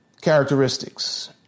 Characteristics